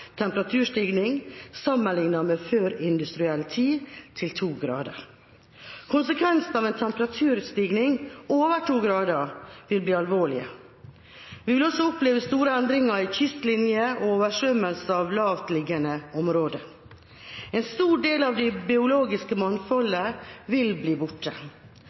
temperaturstigning sammenliknet med førindustriell tid til to grader. Konsekvensene av en temperaturstigning over to grader vil bli alvorlige. Vi vil også oppleve store endringer i kystlinjen og oversvømmelse av lavtliggende områder. En stor del av det biologiske mangfoldet vil bli borte.